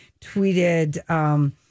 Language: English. tweeted